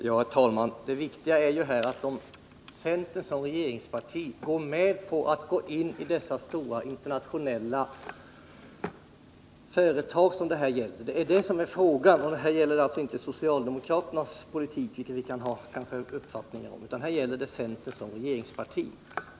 Herr talman! Det viktiga är ju om centern som regeringsparti accepterar att gå in i samarbete med dessa stora internationella företag. Det gäller alltså inte socialdemokraternas politik — vilken vi kan ha olika uppfattningar om — utan här gäller det den politik centern för som regeringsparti.